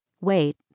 Wait